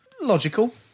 Logical